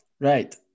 Right